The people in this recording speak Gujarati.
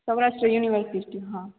સૌરાષ્ટ્ર યુનિવર સિટી હા